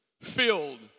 filled